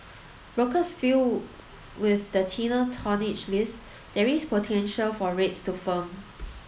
brokers feel with the thinner tonnage list there is potential for rates to firm